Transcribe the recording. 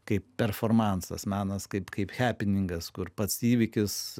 kaip performansas menas kaip kaip hapeningas kur pats įvykis